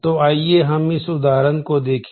तो आइए हम इस उदाहरण को देखें